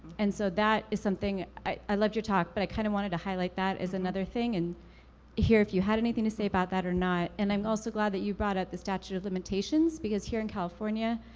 and so, that is something, i loved your talk, but i kinda wanted to highlight that as another thing and hear if you had anything to saw about that or not, and i'm also glad that you brought up the statute of limitations, because here in california,